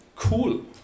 Cool